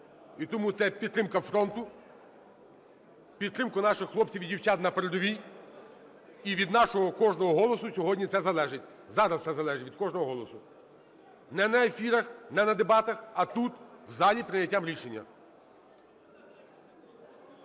І тому це підтримка фронту, підтримка наших хлопців і дівчат на передовій, і від нашого кожного голосу сьогодні це залежить, зараз все залежить від кожного голосу. Не на ефірах, не на дебатах, а тут, в залі, прийняттям рішення.